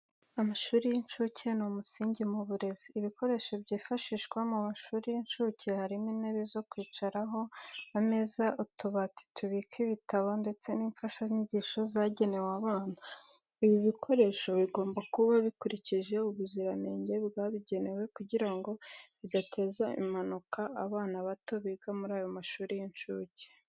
Amashuri y'incuke ni umusingi mu burezi, ibikoresho byifashishwa mu mashuri y'incuke harimo intebe zo kwicaraho, ameza, utubati tubika ibitabo ndetse n'imfashanyigisho zagenewe abana. Ibi bikoresho bigomba kuba bikurikije ubuziranenge bwabigenewe kugirango bidateza impanuka abana bato biga muri ayo mashuri y'incuke.